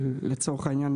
לצורך העניין,